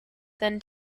than